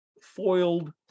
foiled